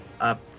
up